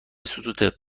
ستوده